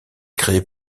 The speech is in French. créé